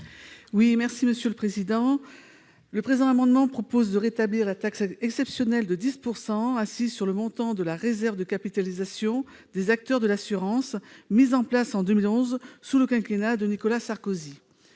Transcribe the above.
à Mme Jocelyne Guidez. Le présent amendement vise à rétablir la taxe exceptionnelle de 10 % assise sur le montant de la réserve de capitalisation des acteurs de l'assurance, mise en place en 2011 sous le quinquennat de Nicolas Sarkozy.